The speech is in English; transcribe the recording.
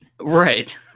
Right